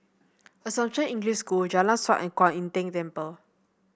Assumption English School Jalan Siap and Kwan Im Tng Temple